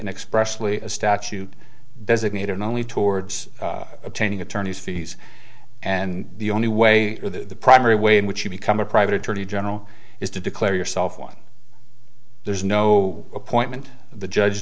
an expressly statute designated only towards obtaining attorney's fees and the only way or the primary way in which you become a private attorney general is to declare yourself one there's no appointment the judge